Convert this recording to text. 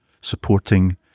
supporting